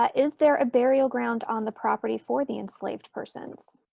ah is there a burial ground on the property for the enslaved persons?